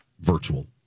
virtual